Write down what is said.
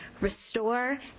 restore